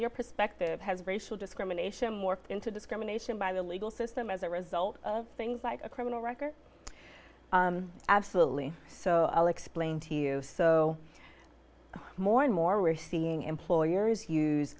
your perspective has racial discrimination morphed into discrimination by the legal system as a result of things like a criminal record absolutely so i'll explain to you so more and more we're seeing employers use